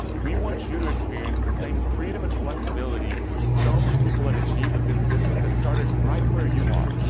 we want you to experience the same freedom and flexibility so many people have achieved with this business that started right where you are.